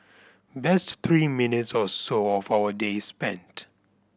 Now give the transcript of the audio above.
best three minutes or so of our day spent